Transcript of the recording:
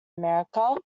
america